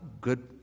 good